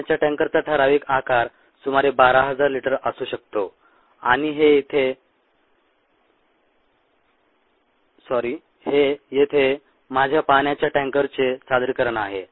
पाण्याच्या टँकरचा ठराविक आकार सुमारे 12000 लिटर असू शकतो आणि हे येथे माझ्या पाण्याच्या टँकरचे सादरीकरण आहे